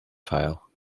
file